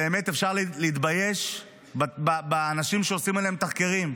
באמת, אפשר להתבייש באנשים שעושים עליהם תחקרים.